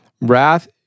Wrath